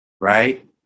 right